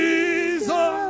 Jesus